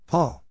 Paul